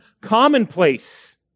commonplace